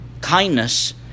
kindness